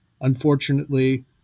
Unfortunately